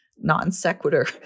non-sequitur